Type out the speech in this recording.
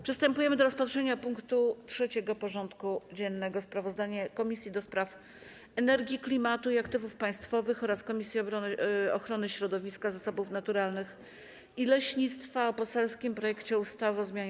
Przystępujemy do rozpatrzenia punktu 3. porządku dziennego: Sprawozdanie Komisji do Spraw Energii, Klimatu i Aktywów Państwowych oraz Komisji Ochrony Środowiska, Zasobów Naturalnych i Leśnictwa o poselskim projekcie ustawy o zmianie